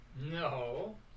No